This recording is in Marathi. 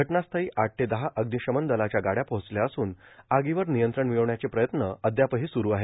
घटनास्थळी आठ ते दहा अग्निशमन दलाच्या गाड्या पोहोचल्या असून आगीवर नियंत्रण मिळवण्याचे प्रयत्न सुरू आहेत